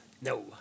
No